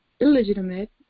illegitimate